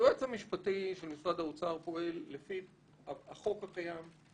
היועץ המשפטי של משרד האוצר פועל לפי החוק הקיים,